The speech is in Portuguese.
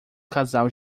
casal